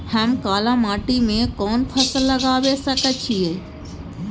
हम काला माटी में कोन फसल लगाबै सकेत छी?